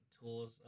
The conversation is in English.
tools